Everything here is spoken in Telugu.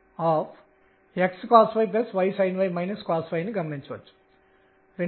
n అనేది 1 2 మరియు మొదలైన వాటికి సమానం nఅనేది 0 ప్లస్ మైనస్ 1 ప్లస్ మైనస్ 2 మరియు